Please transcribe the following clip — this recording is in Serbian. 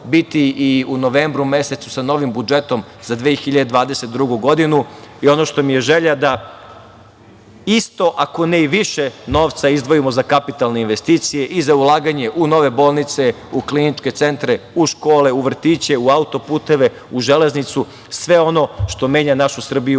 biti i u novembru mesecu sa novim budžetom za 2022. godinu i ono što mi je želja, isto, ako ne i više novca izdvojimo za kapitalne investicije i za ulaganje u nove bolnice, u kliničke centre, u škole, u vrtiće, u autoputeve, u železnicu, sve ono što menja našu Srbiju